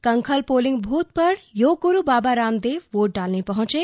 Kankhal polling booth पर योग गुरू बाबा रामदेव वोट डालने पहुंचे